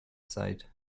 sight